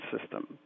system